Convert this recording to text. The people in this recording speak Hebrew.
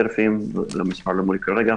--- המספר לא מולי כרגע.